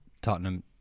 Tottenham